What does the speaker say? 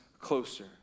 closer